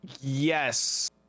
yes